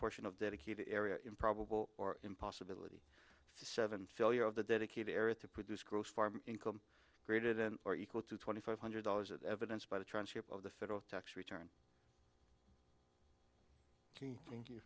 portion of dedicated area improbable or impossibilities seven failure of the dedicated area to produce gross farm income created in or equal to twenty five hundred dollars of evidence by the transcript of the federal tax return